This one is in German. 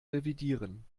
revidieren